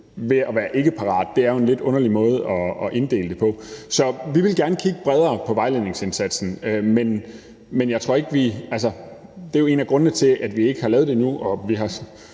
ikke at være parat. For det er jo en lidt underlig måde at inddele det på. Så vi vil gerne kigge bredere på vejledningsindsatsen. Det er jo en af grundene til, at vi ikke har lavet det endnu,